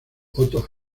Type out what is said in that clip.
otto